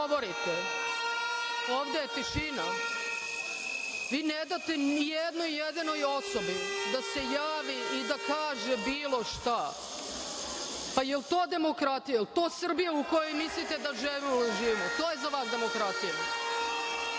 ovde je tišina. Vi ne date nijednoj jedinoj osobi da se javi i da kaže bilo šta. Pa jel to demokratija? Jel to Srbija u kojoj mislite da želimo da živimo? To je za vas demokratija.